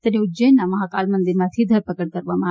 તેની ઉજ્જૈનના મહાકાલ મંદિરમાંથી ધરપકડ કરવામાં આવી છે